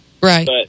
right